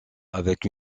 avec